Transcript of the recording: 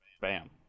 Bam